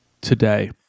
Today